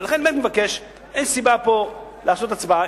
ולכן אני באמת מבקש, אין סיבה לעשות פה הצבעה.